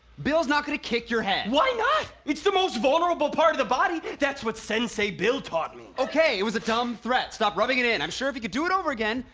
bill's not gonna kick your head why not? it's the most vulnerable part of the body. that's what sensei bill taught me. okay, it was a dumb threat. stop rubbing it in. i'm sure if you could do it over again,